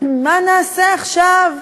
ומה נעשה עכשיו,